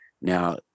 Now